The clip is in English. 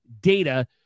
data